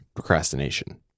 procrastination